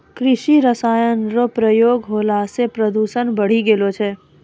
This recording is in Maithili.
कृषि रसायन रो प्रयोग होला से प्रदूषण बढ़ी गेलो छै